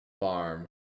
Farm